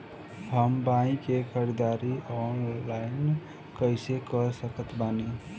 हम बीया के ख़रीदारी ऑनलाइन कैसे कर सकत बानी?